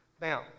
Now